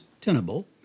tenable